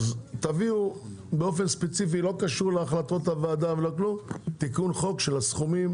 תביאו באופן ספציפי תיקון חוק של הסכומים,